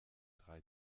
drei